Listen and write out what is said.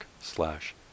slash